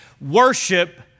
worship